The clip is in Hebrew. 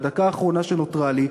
בדקה האחרונה שנותרה לי,